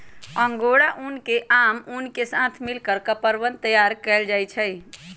angora ऊन के आम ऊन के साथ मिलकर कपड़वन तैयार कइल जाहई